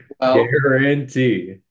guarantee